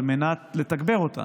על מנת לתגבר אותן,